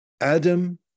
adam